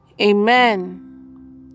Amen